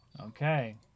Okay